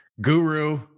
guru